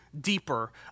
deeper